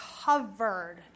covered